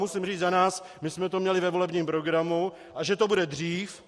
Musím říct za nás, my jsme to měli ve volebním programu a že to bude dřív?